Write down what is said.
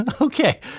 Okay